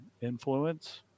influence